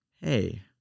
hey